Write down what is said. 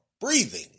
breathing